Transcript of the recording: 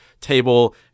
table